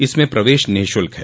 इसमें प्रवेश निःशुल्क है